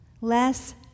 less